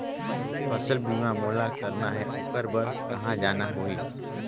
फसल बीमा मोला करना हे ओकर बार कहा जाना होही?